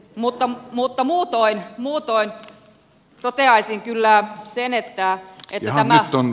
mutta muutoin toteaisin kyllä sen että tämä